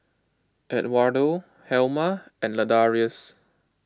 Edwardo Helma and Ladarius